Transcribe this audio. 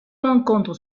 rencontre